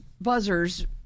buzzers